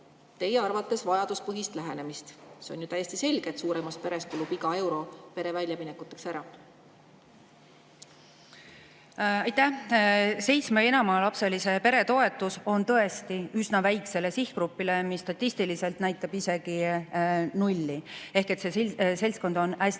teie arvates vajaduspõhist lähenemist? See on ju täiesti selge, et suuremas peres kulub iga euro pere väljaminekuteks ära. Aitäh! Seitsme‑ ja enamalapselise pere toetus on tõesti üsna väikesele sihtgrupile, mis statistiliselt näitab isegi nulli, ehk see seltskond on